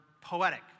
poetic